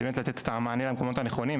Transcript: באמת לתת את המענה במקומות הנכונים,